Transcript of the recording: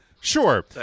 Sure